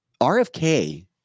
RFK